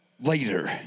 later